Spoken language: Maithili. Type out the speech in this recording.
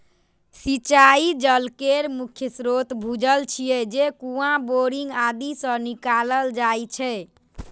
सिंचाइ जल केर मुख्य स्रोत भूजल छियै, जे कुआं, बोरिंग आदि सं निकालल जाइ छै